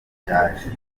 yaje